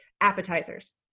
appetizers